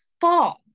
fall